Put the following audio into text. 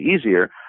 easier